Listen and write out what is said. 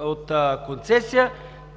от концесия